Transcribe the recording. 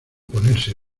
ponerse